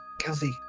Kelsey